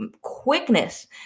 quickness